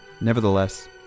Nevertheless